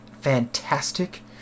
Fantastic